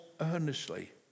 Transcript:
earnestly